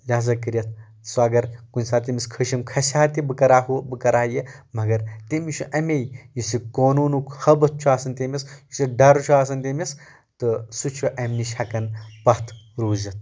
لہٰذا کٔرتھ سُہ اگر کُنہِ ساتہٕ تٔمِس کھُشِم کھسہِ ہا تہِ بہٕ کرٕ ہا ہُہ بہٕ کرٕ ہا یہِ مگر تٔمِس چھُ امے یُس یہِ قونوٗنُک حٲبتھ چھُ آسان تٔمِس یُس یہِ ڈر چھُ آسان تٔمِس تہٕ سُہ چھِ امہِ نِش ہٮ۪کان پتھ روٗزتھ